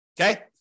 okay